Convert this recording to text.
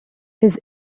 his